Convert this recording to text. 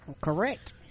Correct